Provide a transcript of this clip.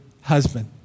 husband